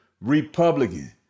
Republican